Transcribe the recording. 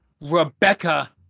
Rebecca